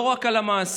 לא רק למעשים.